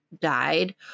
died